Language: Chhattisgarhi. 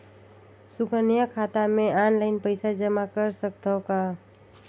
सुकन्या खाता मे ऑनलाइन पईसा जमा कर सकथव का?